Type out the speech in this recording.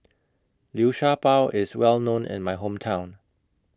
Liu Sha Bao IS Well known in My Hometown